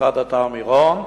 ובמיוחד אתר מירון,